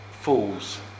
fools